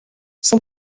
son